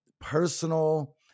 personal